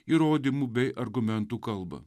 įrodymų bei argumentų kalba